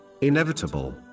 inevitable